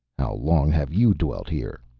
how long have you dwelt here?